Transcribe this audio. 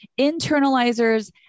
internalizers